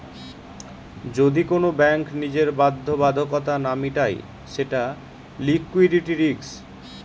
যদি কোন ব্যাঙ্ক নিজের বাধ্যবাধকতা না মিটায় সেটা লিকুইডিটি রিস্ক